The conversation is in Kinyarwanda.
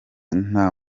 nta